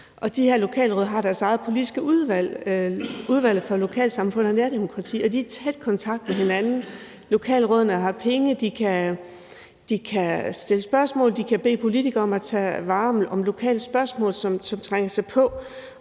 de her lokalråd har deres eget politiske udvalg – udvalget for lokalsamfund og nærdemokrati – og de er i tæt kontakt med hinanden. Lokalrådene har penge, de kan stille spørgsmål, de kan bede politikere om at tage vare på lokale spørgsmål, som trænger sig på,